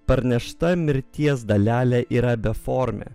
parnešta mirties dalelė yra beformė